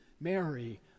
Mary